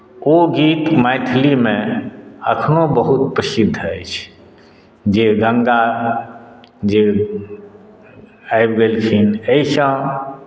ओ गीत मैथिलीमे एखनहु बहुत प्रसिद्ध अछि जे गङ्गा जे आबि गेलखिन एहिसँ